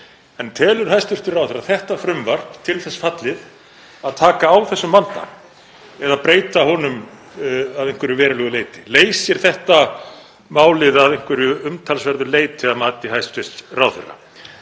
En telur hæstv. ráðherra þetta frumvarp til þess fallið að taka á þessum vanda eða breyta honum að einhverju verulegu leyti? Leysir þetta málið að einhverju umtalsverðu leyti að mati hæstv. ráðherra?